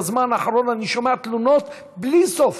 בזמן האחרון אני שומע תלונות בלי סוף.